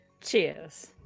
Cheers